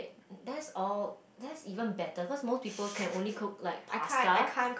that's all that's even better cause more people can only cook like pasta